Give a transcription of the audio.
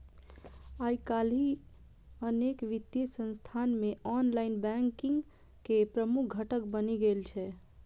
आइकाल्हि ई अनेक वित्तीय संस्थान मे ऑनलाइन बैंकिंग के प्रमुख घटक बनि गेल छै